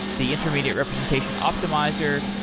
the intermediate representation optimizer,